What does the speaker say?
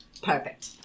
perfect